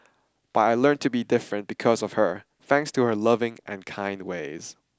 but I learnt to be different because of her thanks to her loving and kind ways